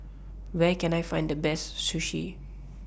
Where Can I Find The Best Sushi